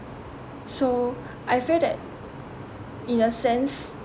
so I feel that in a sense